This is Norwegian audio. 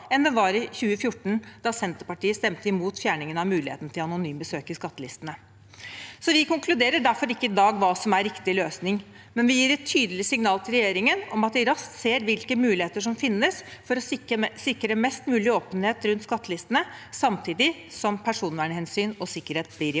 enn den var i 2014, da Senterpartiet stemte imot fjerningen av muligheten til anonyme søk i skattelistene. Vi konkluderer derfor ikke i dag med hva som er riktig løsning, men vi gir et tydelig signal til regjeringen om at de raskt må se på hvilke muligheter som finnes for å sikre mest mulig åpenhet rundt skattelistene, samtidig som personvernhensyn og sikkerhet blir